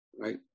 Right